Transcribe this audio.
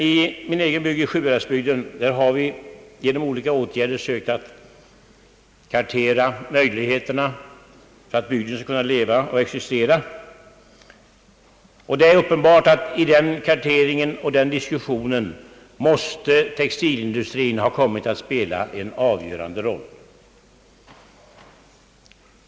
I min egen bygd, Sjuhäradsbygden, har vi genom olika åtgärder sökt kartlägga bygdens möjligheter att överleva och existera. Därvid har textilindustrien med nödvändighet kommit att spela en avgörande roll.